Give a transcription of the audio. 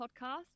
podcast